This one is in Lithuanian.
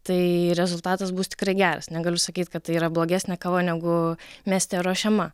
tai rezultatas bus tikrai geras negaliu sakyt kad tai yra blogesnė kava negu mieste ruošiama